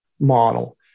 model